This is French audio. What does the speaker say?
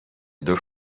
deux